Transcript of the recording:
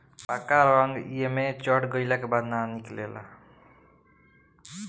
पक्का रंग एइमे चढ़ गईला के बाद ना निकले ला